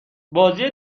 بازی